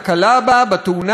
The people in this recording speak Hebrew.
בתאונה הבאה,